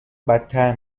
بدتر